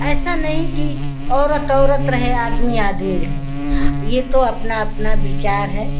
ऐसा नहीं कि औरत औरत रहे आदमी आदमी रहे यह तो अपना अपना विचार है